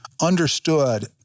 understood